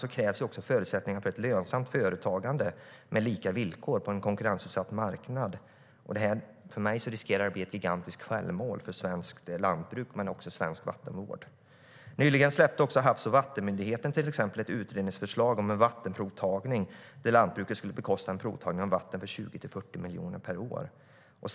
Det krävs förutsättningar för ett lönsamt företagande med lika villkor på en konkurrensutsatt marknad. För mig riskerar detta att bli ett gigantiskt självmål för svenskt lantbruk men också för svensk vattenvård. Nyligen släppte Havs och vattenmyndigheten ett utredningsförslag om vattenprovtagning där lantbruket skulle bekosta provtagning av vatten för 20-40 miljoner kronor per år.